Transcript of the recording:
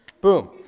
Boom